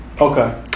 Okay